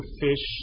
fish